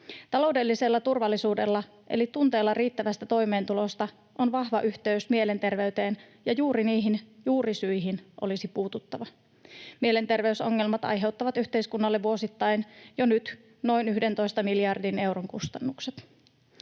Taloudellisella turvallisuudella, eli tunteella riittävästä toimeentulosta, on vahva yhteys mielenterveyteen, ja juuri niihin juurisyihin olisi puututtava. Mielenterveysongelmat aiheuttavat yhteiskunnalle vuosittain jo nyt noin 11 miljardin euron kustannukset.